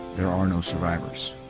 there are no survivors.